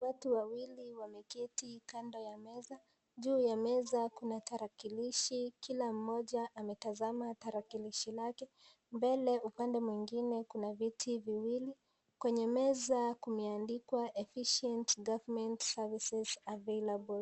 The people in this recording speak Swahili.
Watu wawili wameketi kando ya meza. Juu ya meza kuna tarakilishi. Kila mmoja ametaza tarakilishi lake. Mbele upande mwingine kuna viti viwili. Kwenye meza kumeandikwa efficient government services available .